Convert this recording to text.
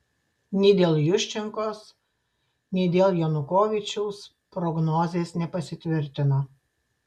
nei dėl juščenkos nei dėl janukovyčiaus prognozės nepasitvirtino